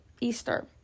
Easter